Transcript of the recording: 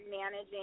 managing